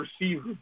receiver